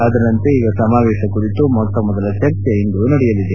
ಅದರಂತೆ ಈಗ ಸಮಾವೇಶದ ಕುರಿತು ಮೊಟ್ಟ ಮೊದಲ ಚರ್ಚೆ ಇಂದು ನಡೆಯಲಿದೆ